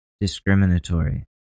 discriminatory